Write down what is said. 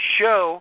show